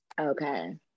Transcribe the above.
okay